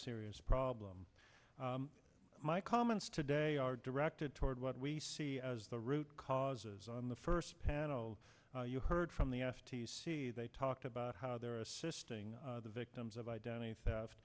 serious problem my comments today are directed toward what we see as the root cause of the first panel you heard from the f t c they talked about how they're assisting the victims of identity theft